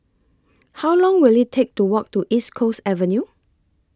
How Long Will IT Take to Walk to East Coast Avenue